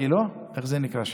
איך זה נקרא שם?